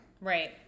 right